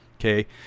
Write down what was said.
Okay